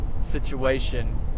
situation